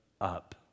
up